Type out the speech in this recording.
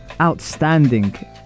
outstanding